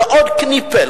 זה עוד "קניפעל",